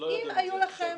לא יודעים את זה.